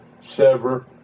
sever